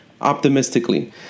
optimistically